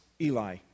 Eli